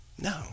No